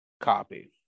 copy